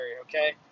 okay